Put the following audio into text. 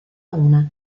una